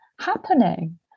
happening